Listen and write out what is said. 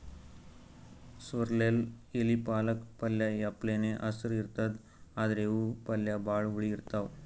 sorrel ಎಲಿ ಪಾಲಕ್ ಪಲ್ಯ ಅಪ್ಲೆನೇ ಹಸ್ರ್ ಇರ್ತವ್ ಆದ್ರ್ ಇವ್ ಪಲ್ಯ ಭಾಳ್ ಹುಳಿ ಇರ್ತವ್